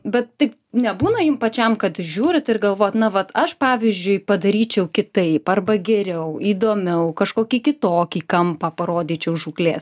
bet taip nebūna jum pačiam kad žiūrit ir galvojat na vat aš pavyzdžiui padaryčiau kitaip arba geriau įdomiau kažkokį kitokį kampą parodyčiau žūklės